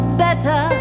better